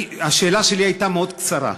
השאלה שלי הייתה מאוד קצרה.